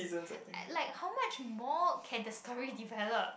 like how much more can the story develop